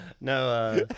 No